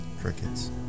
Crickets